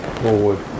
forward